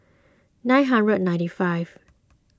nine hundred ninety five